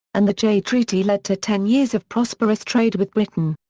and the jay treaty led to ten years of prosperous trade with britain.